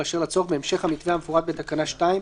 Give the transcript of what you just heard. באשר לצורך בהמשך המתווה המפורט בתקנה 2,